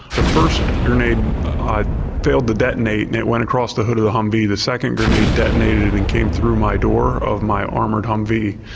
the first grenade failed to detonate and it went across the hood of the humvee. the second grenade detonated and came through my door of my armoured humvee,